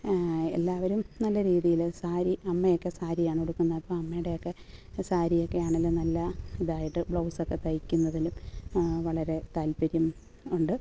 എല്ലാവരും നല്ല രീതിയിൽ സാരി അമ്മയൊക്കെ സാരിയാണ് ഉടുക്കുന്നത് അപ്പോൾ അമ്മയുടെയൊക്കെ സാരിയൊക്കെ ആണെങ്കിലും നല്ല ഇതായിട്ട് ബ്ലൗസൊക്കെ തയ്ക്കുന്നതിലും വളരെ താല്പര്യം ഉണ്ട്